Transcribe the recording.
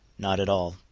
not at all.